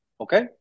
okay